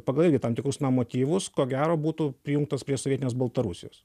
pagal irgi tam tikrus na motyvus ko gero būtų prijungtas prie sovietinės baltarusijos